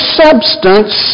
substance